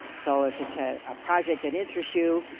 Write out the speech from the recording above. so if it's a ah project that interests you,